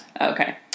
Okay